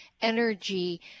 energy